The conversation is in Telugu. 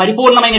పరిపూర్ణమైనది